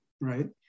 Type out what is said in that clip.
right